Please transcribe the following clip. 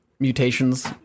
mutations